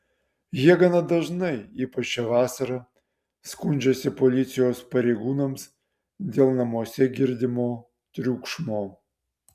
jie gana dažnai ypač šią vasarą skundžiasi policijos pareigūnams dėl namuose girdimo triukšmo